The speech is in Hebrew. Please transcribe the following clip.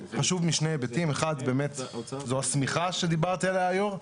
אחד באמת זו השמיכה שדיברתי עליה היום,